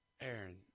Aaron